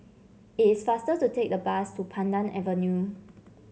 it is faster to take the bus to Pandan Avenue